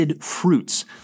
fruits